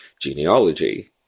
genealogy